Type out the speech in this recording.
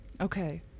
Okay